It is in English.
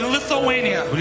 Lithuania